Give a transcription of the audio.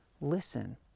listen